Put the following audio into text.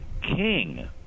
king